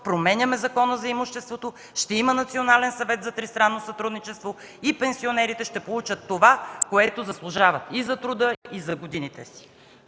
променяме Закона за имуществото, ще има Национален съвет за тристранно сътрудничество и пенсионерите ще получат това, което заслужават и за труда, и за годините.